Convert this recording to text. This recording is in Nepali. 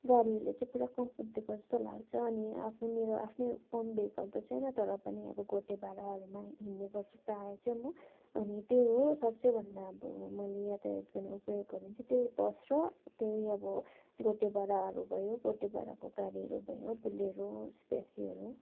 गाडीहरूले चाहिँ पुरा कम्फर्ट दिएको जस्तो लाग्छ अनि आफ्नो मेरो आफ्नो ओन भेहिकल त छैन तर पनि अब गोटे भाडाहरूमा हिँड्ने गर्छु प्रायः चाहिँ म अनि त्यही हो सब से भन्दा अब मैले यातायात गर्ने उपयोग गर्ने चाहिँ त्यही बस र त्यही अब गोटे भाडाहरू भयो गोटे भाडाको गाडी भयो बुलेरो स्पेसियोहरू